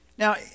Now